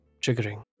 triggering